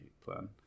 plan